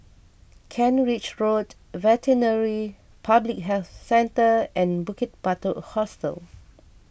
Kent Ridge Road Veterinary Public Health Centre and Bukit Batok Hostel